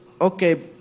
okay